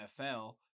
nfl